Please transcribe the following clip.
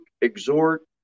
exhort